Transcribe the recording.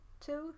two